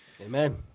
Amen